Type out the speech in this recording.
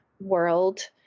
world